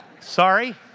Sorry